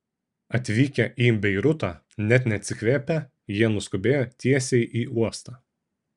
atvykę į beirutą net neatsikvėpę jie nuskubėjo tiesiai į uostą